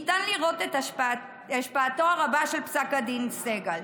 ניתן לראות את השפעתו הרבה של פסק הדין סגל.